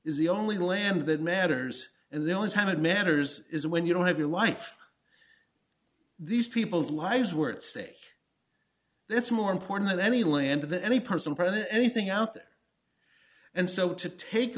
is the only land that matters and the only time it matters is when you don't have your life these people's lives were at stake that's more important than any land that any person present anything out there and so to take